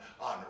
on